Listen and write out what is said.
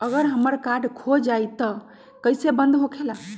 अगर हमर कार्ड खो जाई त इ कईसे बंद होकेला?